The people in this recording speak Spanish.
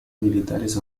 militares